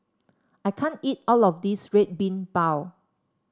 I can't eat all of this Red Bean Bao